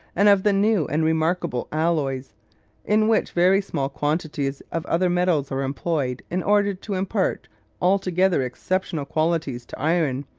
and of the new and remarkable alloys in which very small quantities of other metals are employed in order to impart altogether exceptional qualities to iron,